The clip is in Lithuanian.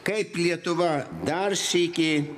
kaip lietuva dar sykį